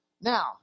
Now